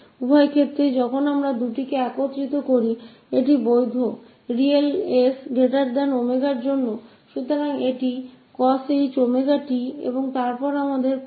इसलिए किसी भी स्थिति में जब हम दोनों को मिलाते हैं तो यह अब वास्तविक 𝑠 w के लिए मान्य है